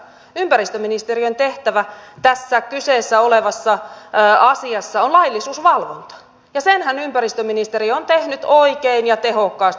ympäristöministeriön tehtävä tässä kyseessä olevassa asiassa on laillisuusvalvonta ja senhän ympäristöministeriö on tehnyt oikein ja tehokkaasti